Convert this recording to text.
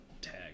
tag